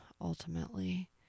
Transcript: ultimately